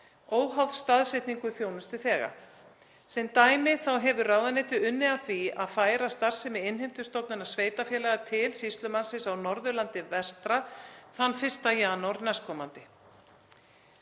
óháð staðsetningu þjónustuþega. Sem dæmi hefur ráðuneytið unnið að því að færa starfsemi Innheimtustofnunar sveitarfélaga til sýslumannsins á Norðurlandi vestra hinn 1. janúar næstkomandi.